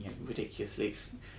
ridiculously